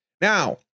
Now